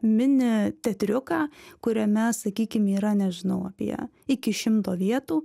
mini teatriuką kuriame sakykim yra nežinau apie iki šimto vietų